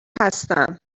هستم